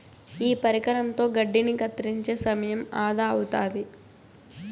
ఈ పరికరంతో గడ్డిని కత్తిరించే సమయం ఆదా అవుతాది